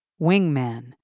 wingman